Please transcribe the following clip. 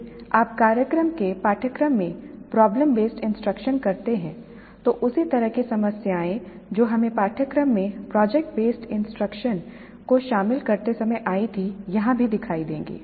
यदि आप कार्यक्रम के पाठ्यक्रम में प्रॉब्लम बेसड इंस्ट्रक्शन करते हैं तो उसी तरह की समस्याएं जो हमें पाठ्यक्रम में प्रोजेक्ट बेसड इंस्ट्रक्शन को शामिल करते समय आई थीं यहां भी दिखाई देंगी